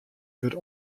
wurdt